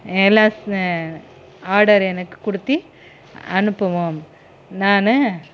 order எனக்கு கொடுத்தி அனுப்பவும் நான்